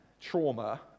trauma